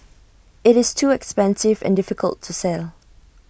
IT is too expensive and difficult to sell